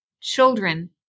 children